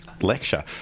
lecture